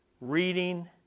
reading